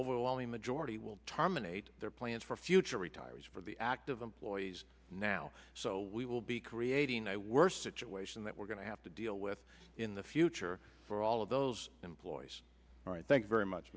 overwhelming majority will terminate their plans for future retirees for the active employees now so we will be creating a worse situation that we're going to have to deal with in the future for all of those employees all right thanks very much